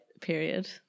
period